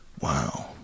Wow